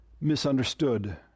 misunderstood